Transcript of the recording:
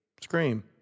Scream